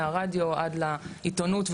מהרדיו עד לעיתונות,